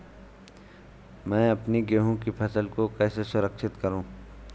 मैं अपनी गेहूँ की फसल को कैसे सुरक्षित करूँ?